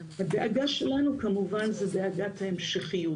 הדאגה שלנו כמובן זו דאגת ההמשכיות.